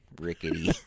Rickety